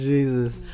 Jesus